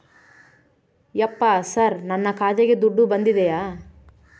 ಯಪ್ಪ ಸರ್ ನನ್ನ ಖಾತೆಗೆ ದುಡ್ಡು ಬಂದಿದೆಯ?